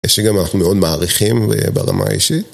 ושגם אנחנו מאוד מעריכים ברמה האישית.